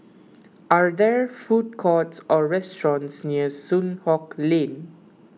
are there food courts or restaurants near Soon Hock Lane